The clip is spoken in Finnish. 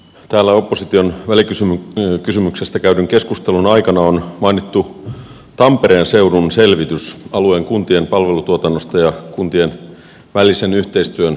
täällä opposition välikysymyksestä käydyn keskustelun aikana on mainittu tampereen seudun selvitys alueen kuntien palvelutuotannosta ja kuntien välisen yhteistyön kehittämisestä